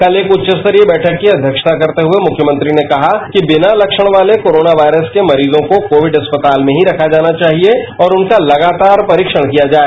कल एक उच्चस्तरीय बैठक की अघ्यक्षता करते हुए मुख्यमंत्री ने कहा कि बिना लक्षण वाले कोरोना वायरस के मरीजों को कोविड अस्पताल में ही रखा जाना चाहिए और उनका लगातार परीक्षण किया जाए